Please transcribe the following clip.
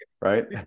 Right